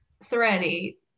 Serenity